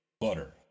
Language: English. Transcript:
Butter